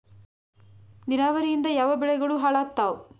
ನಿರಾವರಿಯಿಂದ ಯಾವ ಬೆಳೆಗಳು ಹಾಳಾತ್ತಾವ?